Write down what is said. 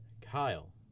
Kyle